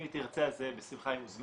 אם היא תרצה אז בשמחה היא מוזמנת.